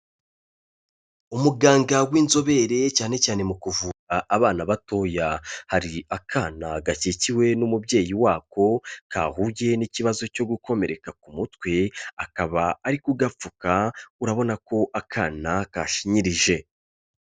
Umuganga w'inzobere cyane cyane mu kuvura abana batoya. Hari akana gakikiwe n'umubyeyi wako, kahuriye n'ikibazo cyo gukomereka ku mutwe, akaba ari kugapfuka. Urabona ko akana kashinyirije.